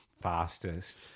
fastest